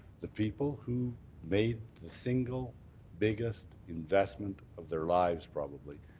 the people who made the single biggest investment of their lives probably,